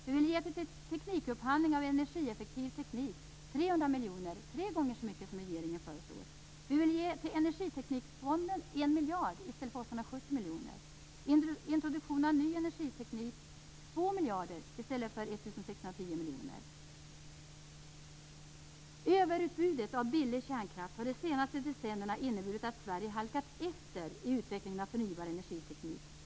Vi vill ge 300 miljoner till teknikupphandling av energieffektiv teknik, vilket är tre gånger mer än det som regeringen föreslår. Vi vill ge en miljard till Energiteknikfonden i stället för 870 miljoner och 2 Överutbudet av billig kärnkraft har de senaste decennierna inneburit att Sverige halkat efter i utvecklingen av förnybar energiteknik.